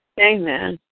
Amen